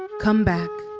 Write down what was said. come back,